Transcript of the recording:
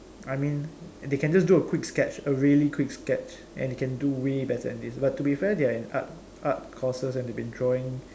I mean they can just do a quick sketch a really quick sketch and they can do way better than this but to be fair they are in art art courses and they've been drawing